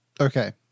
okay